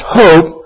hope